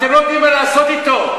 אתם לא יודעים מה לעשות אתם.